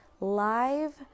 live